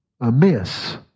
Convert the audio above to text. amiss